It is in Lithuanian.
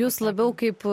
jūs labiau kaip